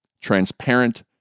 transparent